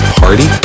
party